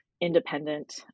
independent